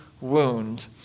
wound